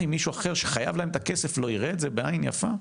מישהו אחר שחייב להם את הכסף לא יראה את זה בעין יפה?